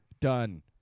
Done